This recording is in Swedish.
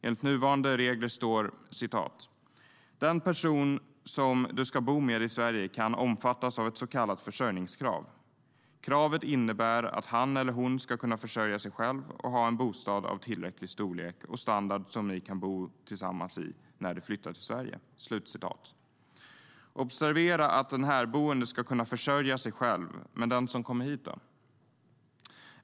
Enligt nuvarande regler står: "Den person som du ska bo med i Sverige kan omfattas av ett så kallat försörjningskrav. Kravet innebär att han eller hon ska kunna försörja sig själv och ha en bostad av tillräcklig storlek och standard som ni kan bo tillsammans i när du flyttar till Sverige. "Observera att den härboende ska kunna försörja sig själv, men den som kommer hit då?